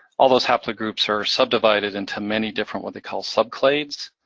all those haplogroups are subdivided into many different what they call sub clades.